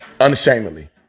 Unashamedly